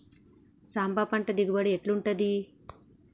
సాంబ పంట దిగుబడి ఎట్లుంటది?